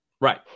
Right